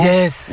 Yes